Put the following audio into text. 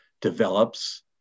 develops